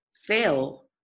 fail